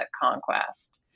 conquest